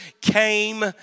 came